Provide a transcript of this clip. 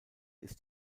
ist